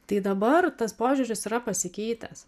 tai dabar tas požiūris yra pasikeitęs